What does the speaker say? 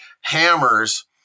hammers